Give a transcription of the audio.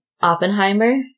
Oppenheimer